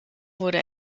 wurde